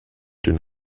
dünn